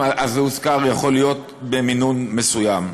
אז זה הוזכר, יכול להיות, במינון מסוים.